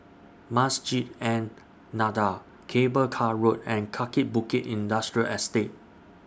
Masjid An Nahdhah Cable Car Road and Kaki Bukit Industrial Estate